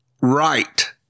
Right